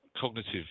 cognitive